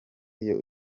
iyo